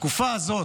בתקופה הזאת,